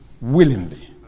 willingly